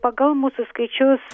pagal mūsų skaičius